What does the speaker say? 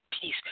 peace